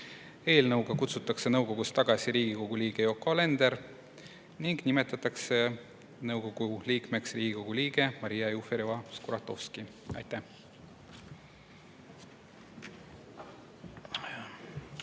Eelnõuga kutsutakse nõukogust tagasi Riigikogu liige Yoko Alender ning nimetatakse nõukogu liikmeks Riigikogu liige Maria Jufereva-Skuratovski. Aitäh!